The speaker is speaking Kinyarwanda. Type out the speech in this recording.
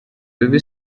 baby